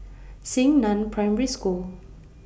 Xingnan Primary School